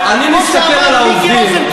כמו שאמר מיקי רוזנטל,